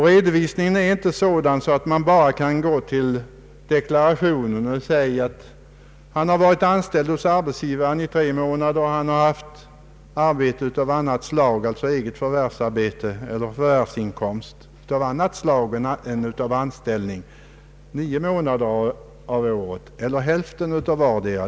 Redovisningen är inte sådan att man med ledning av deklarationen kan utläsa att vederbörande har varit exempelvis anställd hos arbetsgivare i tre månader och haft arbete av annat slag, d.v.s. eget förvärvsarbete eller förvärvsinkomst av annat slag än av anställning, under nio månader av året eller i ett annat fall hälften av vartdera.